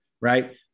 Right